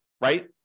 right